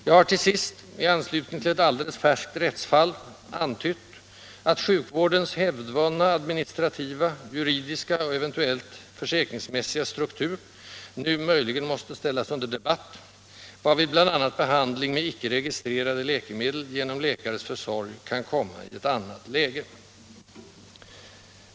Jag har, till sist, i anslutning till ett alldeles färskt rättsfall, antytt att sjukvårdens hävdvunna administrativa, juridiska och eventuellt försäkringsmässiga struktur nu möjligen måste ställas under debatt, varvid bl.a. behandling med icke registrerade läkemedel genom läkares försorg kan komma i ett annat läge.